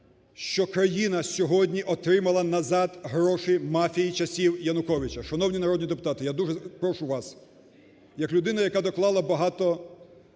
що країна сьогодні отримала назад гроші мафії часів Януковича. Шановні народні депутати, я дуже прошу вас як людина, яка доклала багато